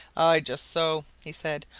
aye, just so! he said.